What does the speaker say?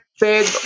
big